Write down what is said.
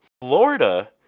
Florida